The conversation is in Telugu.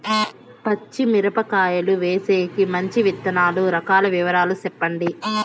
పచ్చి మిరపకాయలు వేసేకి మంచి విత్తనాలు రకాల వివరాలు చెప్పండి?